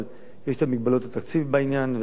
אבל יש מגבלות התקציב בעניין.